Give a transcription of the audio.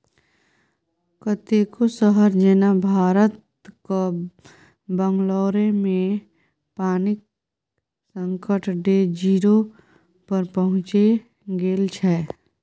कतेको शहर जेना भारतक बंगलौरमे पानिक संकट डे जीरो पर पहुँचि गेल छै